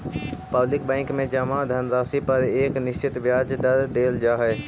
public bank में जमा धनराशि पर एक निश्चित ब्याज दर देल जा हइ